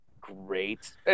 great